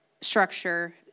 structure